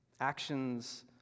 Actions